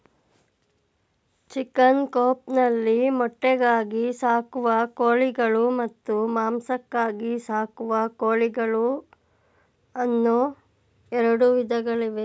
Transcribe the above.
chicken coop ನಲ್ಲಿ ಮೊಟ್ಟೆಗಾಗಿ ಸಾಕುವ ಕೋಳಿಗಳು ಮತ್ತು ಮಾಂಸಕ್ಕಾಗಿ ಸಾಕುವ ಕೋಳಿಗಳು ಅನ್ನೂ ಎರಡು ವಿಧಗಳಿವೆ